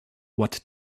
what